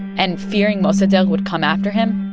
and, fearing mossadegh would come after him,